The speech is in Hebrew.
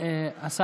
עוברים להצבעה.